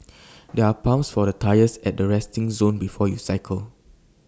there're pumps for the tyres at the resting zone before you cycle